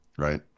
Right